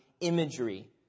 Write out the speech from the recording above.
imagery